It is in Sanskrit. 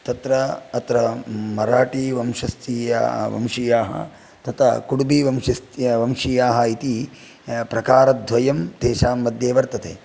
तत्र अत्र मराठी वंशस्थीया वंशीयाः तत् कुडुबि वंशीयाः इति प्रकारद्वयं तेषां मध्ये वर्तते